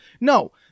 No